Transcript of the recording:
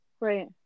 right